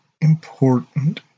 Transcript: important